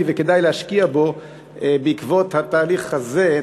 וכדאי להשקיע בו בעקבות התהליך הזה,